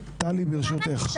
טלי, ברשותך.